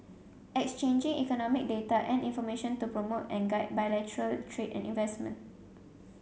exchanging economic data and information to promote and guide bilateral trade and investment